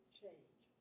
change